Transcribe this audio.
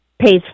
Pays